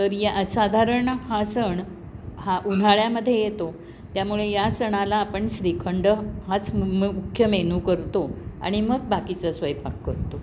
तर या साधारण हा सण हा उन्हाळ्यामध्ये येतो त्यामुळे या सणाला आपण श्रीखंड हाच म मुख्य मेनू करतो आणि मग बाकीचा स्वयंपाक करतो